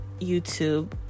YouTube